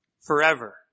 forever